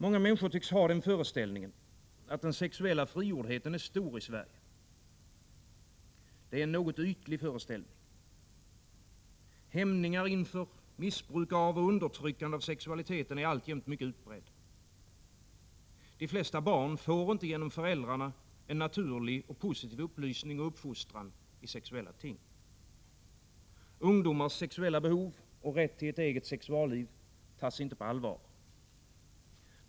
Många människor tycks ha föreställningen att den sexuella frigjordheten är stor i Sverige. Det är en något ytlig föreställning. Hämningar inför och missbruk och undertryckande av sexualiteten är alltjämt mycket vanligt förekommande. De flesta barn får inte genom föräldrarna en naturlig och positiv upplysning och uppfostran i sexuella frågor. Ungdomars sexuella behov och rätt till ett eget sexualliv tas inte på allvar.